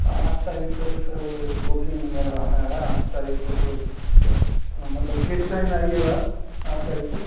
आठ तारीख़ को तो सर बुकिंग मेरा है आठ तारीख़ को तो मतलब किस टाइम में आइएगा आप आठ तारीख़ को